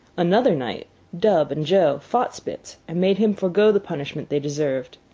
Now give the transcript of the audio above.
another night dub and joe fought spitz and made him forego the punishment they deserved.